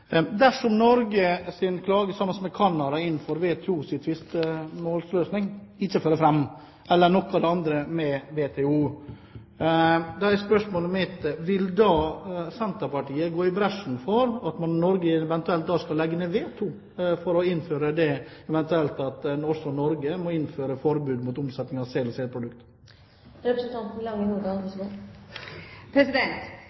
Dersom Norge og Canadas klage på WTOs tvisteløsning eller noe av det andre som gjelder WTO, ikke fører fram, er spørsmålet mitt: Vil da Senterpartiet gå i bresjen for at Norge eventuelt skal legge ned veto mot at også Norge må innføre forbud mot omsetning av